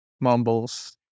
mumbles